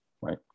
right